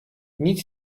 nic